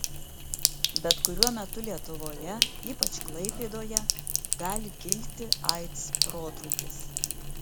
bet kuriuo metu lietuvoje ypač klaipėdoje gali kilti aids protrūkis